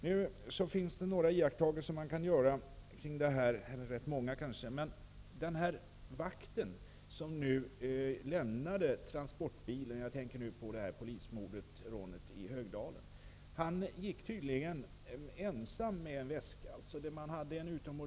Man kan göra rätt många iakttagelser kring polismordet i Högdalen. Den vakt som lämnade transportbilen gick tydligen ensam med en väska.